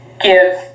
give